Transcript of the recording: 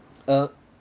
uh